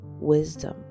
wisdom